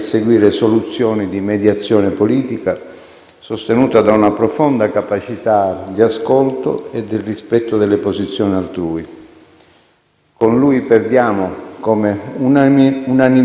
Con lui perdiamo, come unanimemente riconosciuto dagli amici ma anche dagli avversari, non solo un uomo politico di alto spessore ma anche un parlamentare leale,